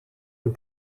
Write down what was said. een